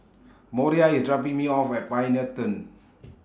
Moriah IS dropping Me off At Pioneer Turn